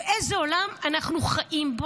באיזה עולם אנחנו חיים.